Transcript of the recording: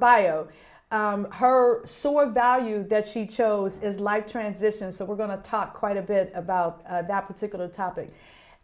bio her sore value that she chose is like transition so we're going to talk quite a bit about that particular topic